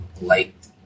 light